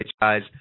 guys